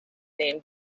named